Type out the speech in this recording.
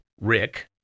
Rick